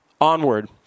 onward